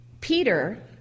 Peter